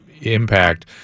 impact